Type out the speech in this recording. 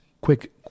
quick